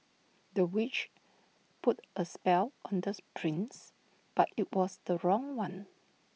the witch put A spell on this prince but IT was the wrong one